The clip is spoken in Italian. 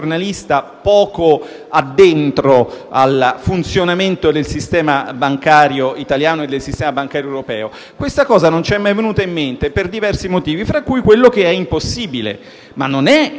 poco addentro al funzionamento del sistema bancario italiano e del sistema bancario europeo. Questa ipotesi non ci è mai venuta in mente per diversi motivi, tra cui quello che è impossibile. Non che